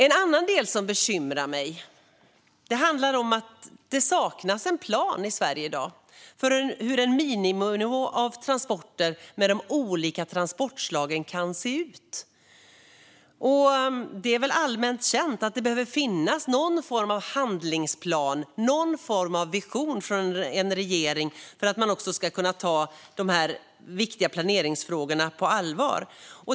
En annan del som bekymrar mig är att det i dag saknas en plan i Sverige för hur miniminivån av transporter med olika transportslag kan se ut. Det är väl allmänt känt att det behöver finnas någon form av handlingsplan och någon form av vision från en regering för att man ska kunna sägas ta dessa viktiga planeringsfrågor på allvar.